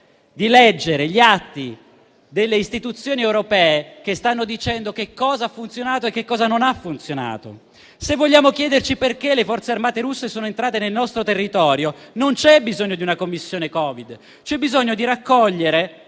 di leggere gli atti delle istituzioni europee, che stanno dicendo cosa ha funzionato e cosa non ha funzionato. Se vogliamo chiederci perché le forze armate russe sono entrate nel nostro territorio, non c'è bisogno di una Commissione Covid: c'è bisogno di raccogliere